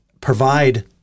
provide